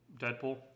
Deadpool